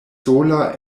sola